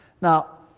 Now